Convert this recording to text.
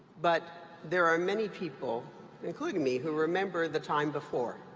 but there are many people including me who remember the time before.